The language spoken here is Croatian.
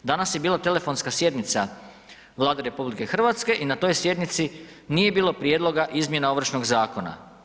Danas je bila telefonska sjednica Vlade RH i na toj sjednici nije bilo prijedloga izmjena Ovršnog zakona.